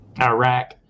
Iraq